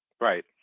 Right